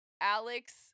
Alex